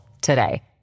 today